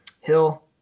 Hill